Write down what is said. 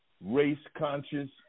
race-conscious